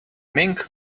mink